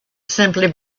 simply